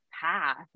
path